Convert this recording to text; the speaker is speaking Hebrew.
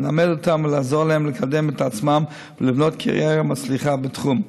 ללמד אותם ולעזור להם לקדם את עצמם ולבנות קריירה מצליחה בתחום.